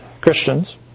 Christians